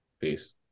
Peace